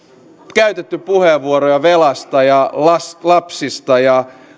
käytetty puheenvuoroja velasta ja lapsista ja